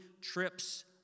trips